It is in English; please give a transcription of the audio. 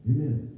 Amen